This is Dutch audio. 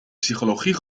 psychologie